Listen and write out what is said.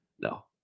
No